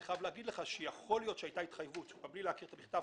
אני חייב להגיד שיכול להיות שהייתה התחייבות בלי להכיר את המכתב